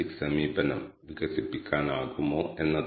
അതിനാൽ പ്രധാനമായും വാക്യഘടന ഫയൽനാമമായ